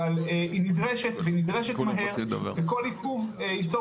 אבל היא נדרשת והיא נדרשת מהר וכל עיכוב יצור